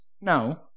No